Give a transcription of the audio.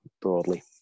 broadly